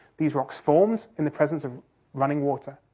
these rocks formed in the presence of running water,